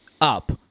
up